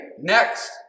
Next